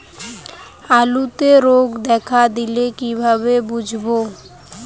আলুতে রোগ দেখা দিলে কিভাবে বুঝবো?